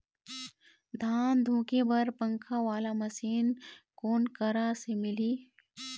धान धुके बर पंखा वाला मशीन कोन करा से मिलही?